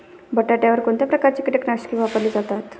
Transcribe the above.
बटाट्यावर कोणत्या प्रकारची कीटकनाशके वापरली जातात?